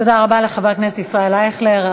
תודה רבה לחבר הכנסת ישראל אייכלר.